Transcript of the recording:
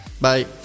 Bye